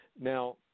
Now